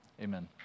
amen